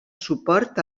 suport